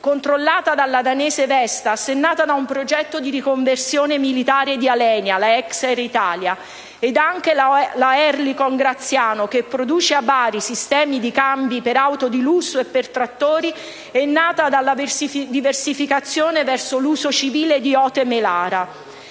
controllata dalla danese Vestas, è nata da un progetto di riconversione militare di Alenia, la ex Aeritalia, ed anche che la Oerlikon Graziano, che produce a Bari sistemi di cambi per auto di lusso e per trattori, è nata dalla diversificazione verso l'uso civile di Oto Melara;